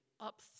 up